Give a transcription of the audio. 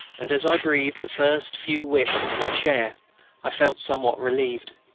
and as i breathed the first few whiffs of fresh air i felt somewhat relieved.